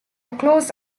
close